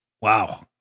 Wow